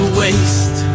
waste